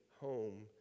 home